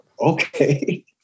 okay